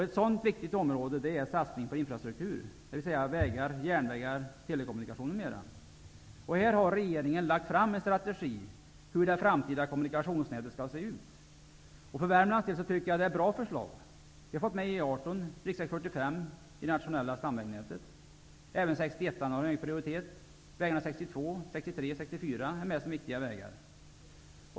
Ett viktigt område är satsningen på infrastruktur, dvs. Regeringen har lagt fram en strategi för hur det framtida kommunikationsnätet skall se ut. För Värmlands del tycker jag att förslaget är bra. Man har fått med E 18 och riksväg 45 i nationella stamvägnätet. Även väg 61 tillmäts en hög prioritet, och vägarna 62, 63 och 64 finns med som viktiga vägar.